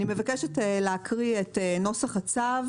אני מבקשת להקריא את נוסח הצו,